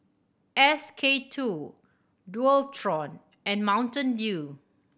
S K Two Dualtron and Mountain Dew